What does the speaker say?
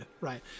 Right